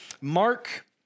Mark